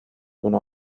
una